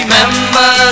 Remember